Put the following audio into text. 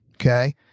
Okay